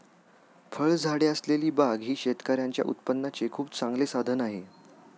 फळझाडे असलेली बाग ही शेतकऱ्यांच्या उत्पन्नाचे खूप चांगले साधन आहे